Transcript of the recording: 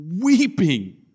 weeping